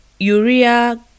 urea